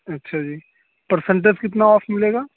اچھا جی پرسنٹیج کتنا آف ملے گا